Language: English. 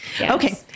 Okay